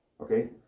Okay